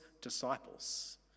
disciples